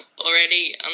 already